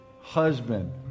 husband